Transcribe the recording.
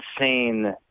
insane